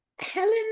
Helen